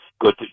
good